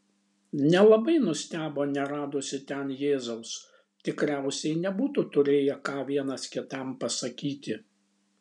nelabai nustebo neradusi ten jėzaus tikriausiai nebūtų turėję ką vienas kitam pasakyti